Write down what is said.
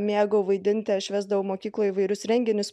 mėgau vaidinti aš vesdavau mokykloj įvairius renginius